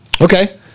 Okay